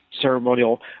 ceremonial